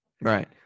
Right